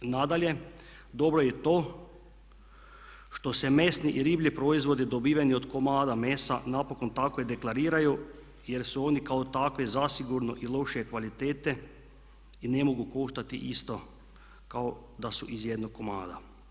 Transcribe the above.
Nadalje dobro je i to što se mesni i riblji proizvodi dobiveni od komada mesa napokon takve deklariraju jer su oni kao takvi zasigurno i lošije kvalitete i ne mogu koštati isto kao da su iz jednog komada.